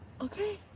Okay